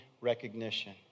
recognition